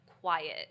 quiet